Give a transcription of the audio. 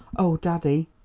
oh, daddy!